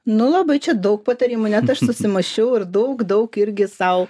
nu labai čia daug patarimų net aš susimąsčiau ir daug daug irgi sau